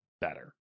better